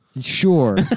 Sure